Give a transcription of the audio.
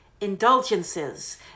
indulgences